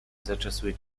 zaczesuje